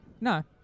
No